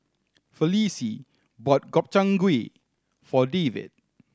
Felicie bought Gobchang Gui for David